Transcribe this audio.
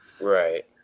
Right